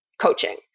coaching